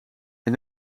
een